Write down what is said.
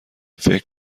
فکر